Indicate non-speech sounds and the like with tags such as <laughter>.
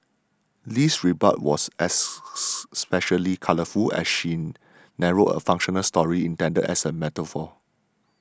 Lee's rebuttal was as <noise> especially colourful as she narrated a fictional story intended as a metaphor